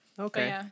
Okay